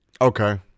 Okay